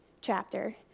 chapter